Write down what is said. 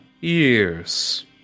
years